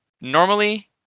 normally